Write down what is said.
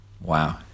Wow